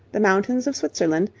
the mountains of switzerland,